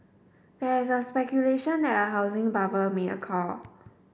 there is a speculation that a housing bubble may occur